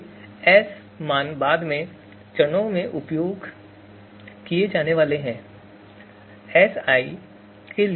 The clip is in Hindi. ये S मान बाद के चरणों में उपयोग किए जाने वाले हैं